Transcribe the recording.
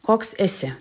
koks esi